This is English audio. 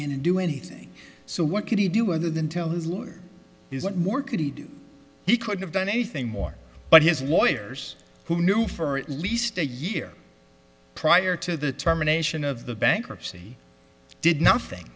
in and do anything so what could he do other than tell his lawyer is what more could he do he could have done anything more but his lawyers who knew for at least a year prior to the terminations of the bankruptcy did nothing